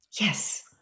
Yes